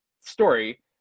story